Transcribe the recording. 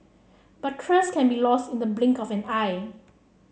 but trust can be lost in the blink of an eye